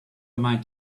mind